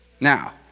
Now